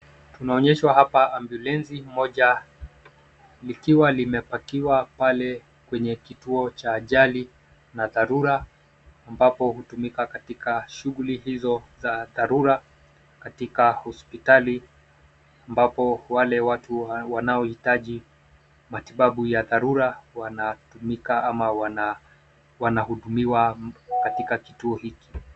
Tunaonyeshwa hapa ambulensi moja likiwa limepakiwa pale kwenye kituo cha ajali na dharura ambapo hutumika katika shuguli hizo za dharura katika hospitali ambapo wale watu wanaohitaji matibabu ya dharura wanatumika ama wanahudumiwa katika kituo hiki.